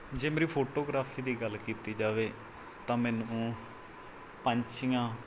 ਜੇ ਮੇਰੀ ਫੋਟੋਗ੍ਰਾਫੀ ਦੀ ਗੱਲ ਕੀਤੀ ਜਾਵੇ ਤਾਂ ਮੈਨੂੰ ਪੰਛੀਆਂ